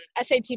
SAT